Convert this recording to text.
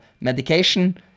medication